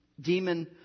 demon